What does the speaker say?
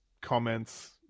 comments